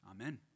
Amen